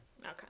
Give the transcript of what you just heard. okay